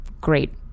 great